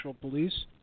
Police